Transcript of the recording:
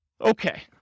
Okay